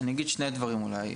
אני אגיד שני דברים אולי.